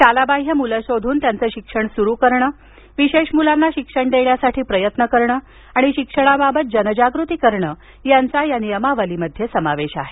शालाबाह्य मुलं शोधून त्यांचं शिक्षण सुरू करणं विशेष मुलांना शिक्षण देण्यासाठी प्रयत्न करणं आणि शिक्षणाबाबत जनजागृती करणं यांचा या नियमावलीत समावेश आहे